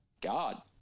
God